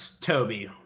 Toby